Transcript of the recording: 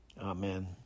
Amen